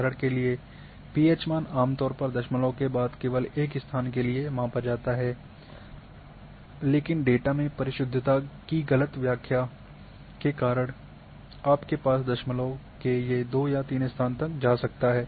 उदाहरण के लिए पीएच मान आमतौर पर दशमलव के बाद केवल एक स्थान के लिए मापा जाता है लेकिन डेटा में परिशुद्धता की ग़लत व्याख्या के कारण के कारण आपके पास दशमलव के ये 2 या 3 स्थान तक जा सकता है